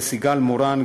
לסיגל מורן,